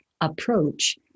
approach